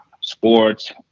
sports